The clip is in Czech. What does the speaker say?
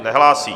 Nehlásí.